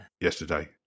yesterday